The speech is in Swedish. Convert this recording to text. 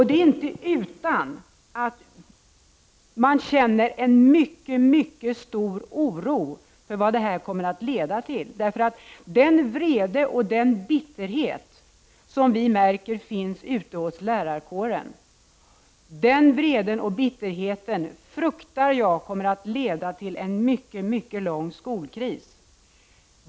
Det är inte utan att man känner en mycket stor oro för vad det här kommer att leda till. Den vrede och den bitterhet som vi märker finns ute hos lärarkåren fruktar jag kommer att leda till en mycket, mycket lång skolkris.